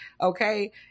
okay